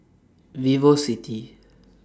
Vivocity